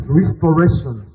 restoration